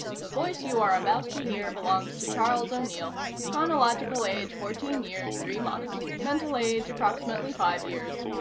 the voice you are about to hear belongs to charles o'neill chronological age fourteen years, three months mental age, approximately five years.